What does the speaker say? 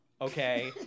okay